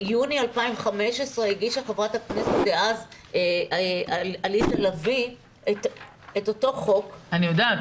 ביוני 2015 הגישה ח"כ דאז עליזה לביא את אותו חוק --- אני יודעת.